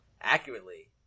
accurately